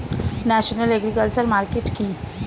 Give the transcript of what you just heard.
National agriculture market কি?